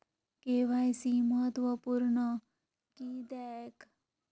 KYC महत्त्वपुर्ण किद्याक?